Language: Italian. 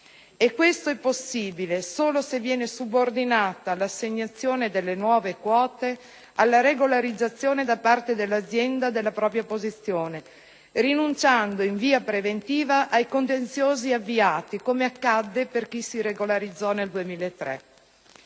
e ciò è possibile solo se l'assegnazione delle nuove quote viene subordinata alla regolarizzazione da parte dell'azienda della propria posizione, rinunciando in via preventiva ai contenziosi avviati, come accadde per chi si regolarizzò nel 2003.